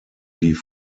die